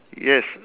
yes